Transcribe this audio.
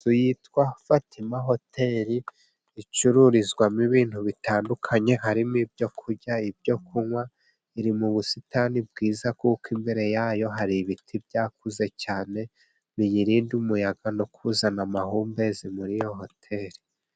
Inzu yitwa Fatima hoteri, icururizwamo ibintu bitandukanye, harimo ibyo kurya, ibyo kunywa, iri mu busitani bwiza kuko imbere yayo hari ibiti byakuze cyane biyirinda umuyaga, no kuzana amahumbezi muri iyo hoteri.